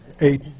eight